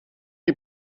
die